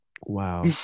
Wow